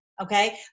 okay